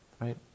Right